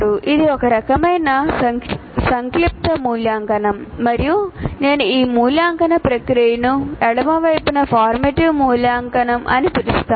ఇది ఒక రకమైన సంక్షిప్త మూల్యాంకనం మరియు నేను ఈ మూల్యాంకన ప్రక్రియను ఎడమ వైపున ఫార్మాటివ్ మూల్యాంకనం అని పిలుస్తాను